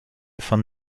von